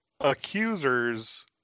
accusers